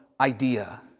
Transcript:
idea